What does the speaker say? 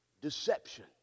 deception